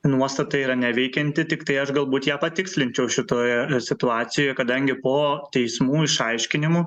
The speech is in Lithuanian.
nuostata yra neveikianti tiktai aš galbūt ją patikslinčiau šitoje situacijoje kadangi po teismų išaiškinimų